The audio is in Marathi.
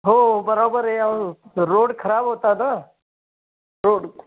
हो बराबर आहे अहो रोड खराब होता ना रोड